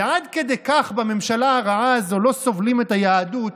ועד כדי כך בממשלה הרעה הזו לא סובלים את היהדות,